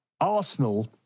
Arsenal